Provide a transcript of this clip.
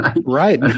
Right